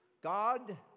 God